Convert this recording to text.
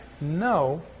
no